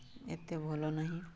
ଏତେ ଭଲ ନାହିଁ